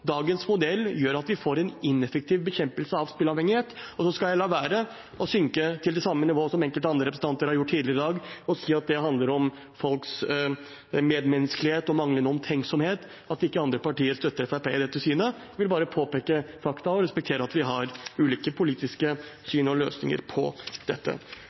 Dagens modell gjør at vi får en ineffektiv bekjempelse av spilleavhengighet. Jeg skal la være å synke til det samme nivået som enkelte andre representanter har gjort tidligere i dag og si at det handler om folks medmenneskelighet og manglende omtenksomhet at ikke andre partier støtter Fremskrittspartiet i dette synet. Jeg vil bare påpeke fakta og respektere at vi har ulike politiske syn og løsninger på dette.